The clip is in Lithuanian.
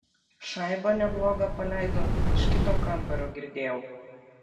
šaibą neblogą paleido iš kito kambario girdėjau